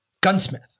gunsmith